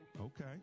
Okay